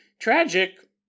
Tragic